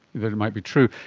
that it might be true.